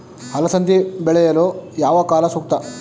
ಅಲಸಂದಿ ಬೆಳೆಯಲು ಯಾವ ಕಾಲ ಸೂಕ್ತ?